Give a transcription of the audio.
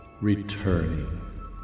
returning